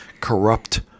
corrupt